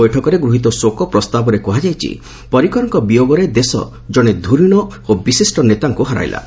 ବୈଠକରେ ଗୃହୀତ ଶୋକ ପ୍ରସ୍ତାବରେ କୃହାଯାଇଛି ପରିକରଙ୍କ ବିୟୋଗରେ ଦେଶ ଜଣେ ଧ୍ୱରୀଣ ଏବଂ ବିଶିଷ୍ଟ ନେତାଙ୍କୁ ହରାଇଲା